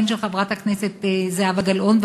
של חברת הכנסת זהבה גלאון,